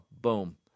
Boom